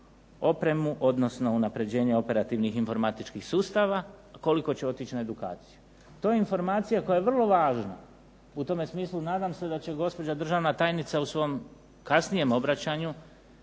opremu, odnosno unapređenje operativnih informatičkih sustava, koliko će otići na edukaciju. To je informacija koja je vrlo važna. U tome smislu nadam se da će gospođa državna tajnica u svom kasnijem obraćanju